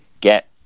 get